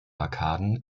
arkaden